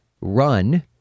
run